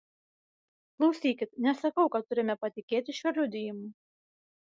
klausykit nesakau kad turime patikėti šiuo liudijimu